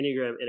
Enneagram